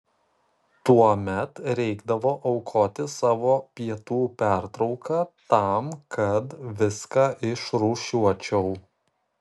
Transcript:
tuomet reikdavo aukoti savo pietų pertrauką tam kad viską išrūšiuočiau